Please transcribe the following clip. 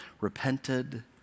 repented